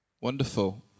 Wonderful